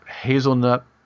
hazelnut